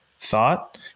thought